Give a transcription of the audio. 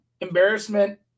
Embarrassment